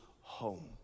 home